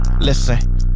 listen